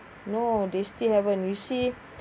no they still haven't receive